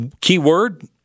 keyword